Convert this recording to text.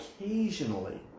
occasionally